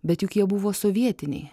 bet juk jie buvo sovietiniai